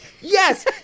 Yes